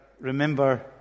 remember